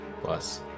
plus